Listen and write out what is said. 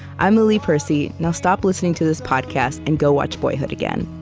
i'm lily percy. now stop listening to this podcast and go watch boyhood again